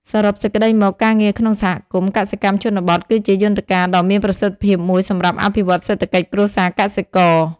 សរុបសេចក្តីមក ការងារក្នុងសហគមន៍កសិកម្មជនបទគឺជាយន្តការដ៏មានប្រសិទ្ធភាពមួយសម្រាប់អភិវឌ្ឍសេដ្ឋកិច្ចគ្រួសារកសិករ។